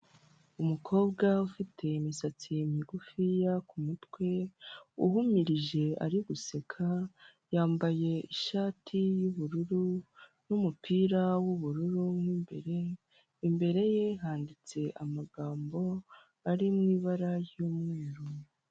Icyapa cy'ubururu kiriho inyuguti ya pi hasi hashushanyijeho imodoka ya bisi bishatse kuvuga ko haparika imodoka za bisi zitwara abagenzi ikindi kandi hakurya hari inyubako nziza ya etage bigaragara ko ari inyubako isukuye.